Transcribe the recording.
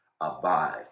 Abide